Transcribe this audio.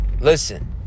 listen